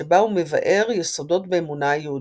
שבה הוא מבאר יסודות באמונה היהודית,